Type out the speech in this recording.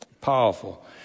Powerful